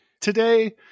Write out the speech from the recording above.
today